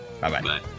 Bye-bye